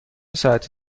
ساعتی